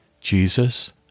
Jesus